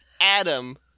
Adam